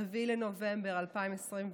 4 בנובמבר 2021,